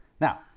Now